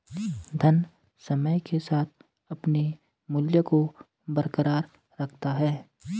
धन समय के साथ अपने मूल्य को बरकरार रखता है